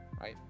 Right